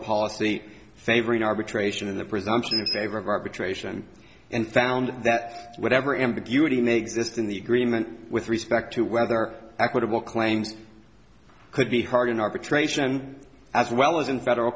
policy favoring arbitration in the presumption in favor of arbitration and found that whatever ambiguity makes just in the agreement with respect to whether equitable claims could be hard in arbitration as well as in federal